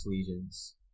Legions